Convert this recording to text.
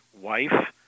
wife